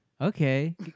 okay